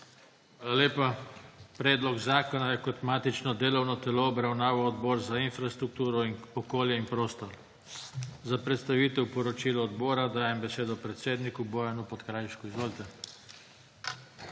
lepa. Predloga zakona je kot matično delovno telo obravnaval Odbor za infrastrukturo, okolje in prostor. Za predstavitev poročila odbora dajem besedo predsedniku Bojanu Podkrajšku. Izvolite.